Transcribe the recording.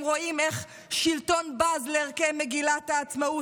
רואים איך שלטון בז לערכי מגילת העצמאות,